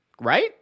right